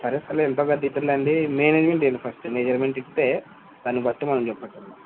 సరే సర్ ఎంతో కొంత ఇద్దురులేండి మేనేజ్మెంట్ ఇవ్వండి ఫస్ట్ మెజర్మెంట్స్ ఇస్తే దాన్ని బట్టి మనం చెప్పొచ్చు